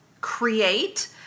create